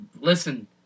Listen